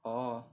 orh